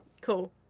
cool